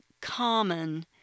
common